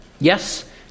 Yes